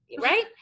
right